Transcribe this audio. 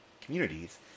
communities